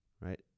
Right